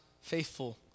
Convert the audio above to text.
faithful